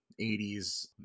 80s